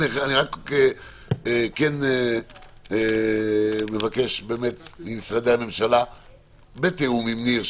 אני מבקש ממשרדי הממשלה בתיאום עם ניר,